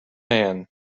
man